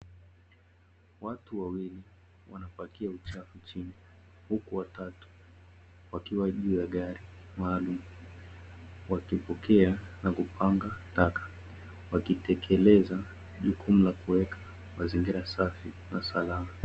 Watu wawili wanapakia uchafu chini, huku watatu wakiwa juu ya gari maalumu wakipokea na kupanga taka wakitekeleza jukumu la kuweka mazingira safi na salama.